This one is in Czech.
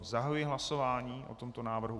Zahajuji hlasování o tomto návrhu.